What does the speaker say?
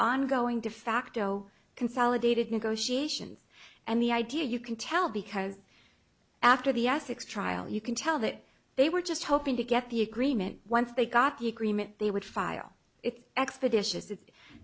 ongoing defacto consolidated negotiations and the idea you can tell because after the essex trial you can tell that they were just hoping to get the agreement once they got the agreement they would file if expeditious i